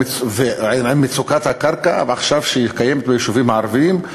עם מצוקת הקרקע שקיימת היום ביישובים הערביים,